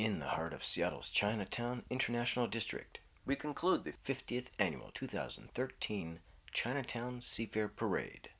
in the heart of seattle's chinatown international district we conclude the fiftieth annual two thousand and thirteen chinatown c p r parade